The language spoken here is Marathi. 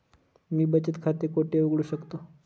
मी बचत खाते कोठे उघडू शकतो?